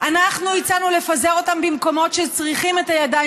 אנחנו הצענו לפזר אותם במקומות שצריכים את הידיים